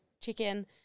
chicken